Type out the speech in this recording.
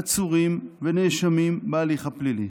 עצורים ונאשמים בהליך הפלילי.